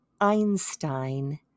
Einstein